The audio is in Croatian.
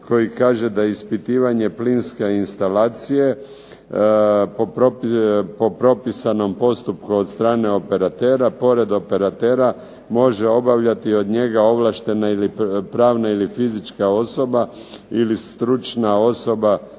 koji kaže da ispitivanje plinske instalacije po propisanom postupku od strane operatera pored operatera može obavljati od njega ovlaštena ili pravna ili fizička osoba ili stručna služba